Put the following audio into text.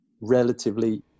relatively